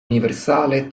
universale